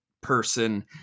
person